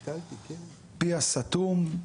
פיה סתום,